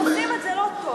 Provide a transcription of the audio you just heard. עושים את זה לא טוב.